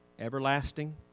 everlasting